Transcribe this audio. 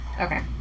Okay